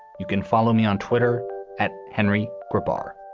you can follow me on twitter at henry corba.